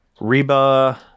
Reba